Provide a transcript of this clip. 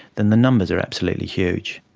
then the numbers are absolutely huge.